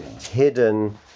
hidden